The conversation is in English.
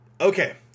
Okay